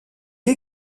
est